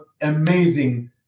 amazing